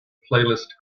playlist